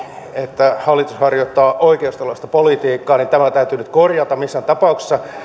että hallitus harjoittaa oikeistolaista politiikkaa niin tämä täytyy nyt korjata missään tapauksessa